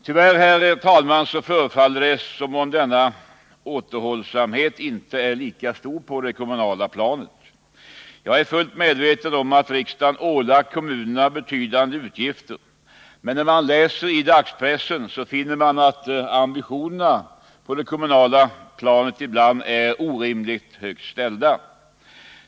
Tyvärr förefaller det, herr talman, som om återhållsamheten inte är lika stor på det kommunala planet. Jag är fullt medveten om att riksdagen ålagt kommunerna betydande utgifter, men när man läser i dagspressen finner man att ambitionerna på det kommunala planet ibland är orimligt högt ställda.